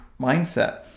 mindset